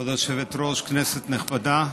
כבוד היושבת-ראש, כנסת נכבדה,